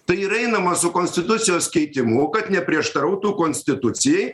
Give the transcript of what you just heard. tai ir einama su konstitucijos keitimu kad neprieštarautų konstitucijai